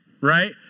right